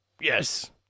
Yes